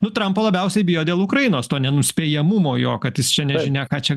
nu trampo labiausiai bijo dėl ukrainos to nenuspėjamumo jo kad jis čia ne ką čia